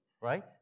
right